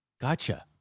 Gotcha